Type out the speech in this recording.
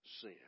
sin